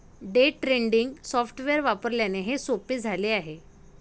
day trading software वापरल्याने हे सोपे झाले आहे